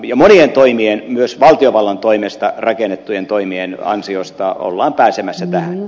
monien toimien myös valtiovallan toimesta rakennettujen toimien ansiosta ollaan pääsemässä tähän